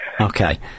okay